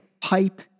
Pipe